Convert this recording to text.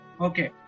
Okay